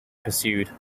pursued